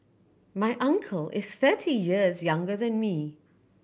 my uncle is thirty years younger than me